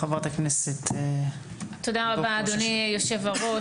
חברת הכנסת יפעת שאשא ביטון.